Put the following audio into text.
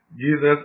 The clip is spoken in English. Jesus